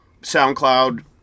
SoundCloud